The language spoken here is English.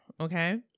okay